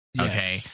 Okay